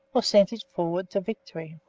or sent it forward to victory.